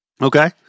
Okay